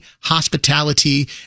Hospitality